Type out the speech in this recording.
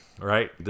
right